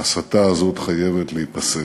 ההסתה הזאת חייבת להיפסק.